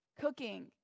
cooking